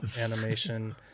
animation